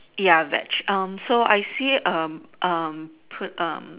ya veg um so I see um um put um